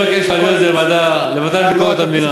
אני מבקש להעביר את זה לוועדה לביקורת המדינה.